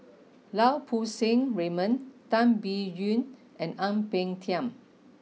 Lau Poo Seng Raymond Tan Biyun and Ang Peng Tiam